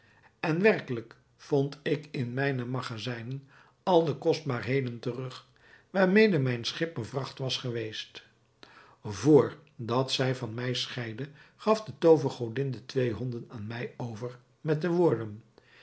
en werkelijk vond ik in mijne magazijnen al de kostbaarheden terug waarmede mijn schip bevracht was geweest vr dat zij van mij scheidde gaf de toovergodin de twee honden aan mij over met de woorden